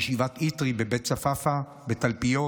בישיבת איתרי בבית צפאפא בתלפיות,